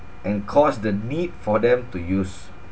and caused the need for them to use